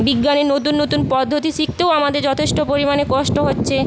বিজ্ঞানের নতুন নতুন পদ্ধতি শিখতেও আমাদের যথেষ্ট পরিমাণে কষ্ট হচ্ছে